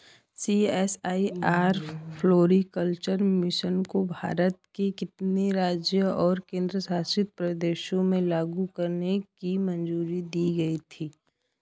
CSIR floriculture mission को भारत के कितने राज्यों और केंद्र शासित प्रदेशों में लागू करने की मंजूरी दी गई थी?